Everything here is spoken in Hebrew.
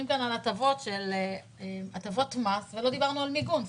על הטבות מס ולא דיברנו על מיגון.